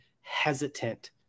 hesitant